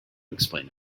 explain